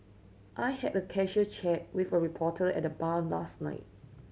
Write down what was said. I had a casual chat with a reporter at a bar last night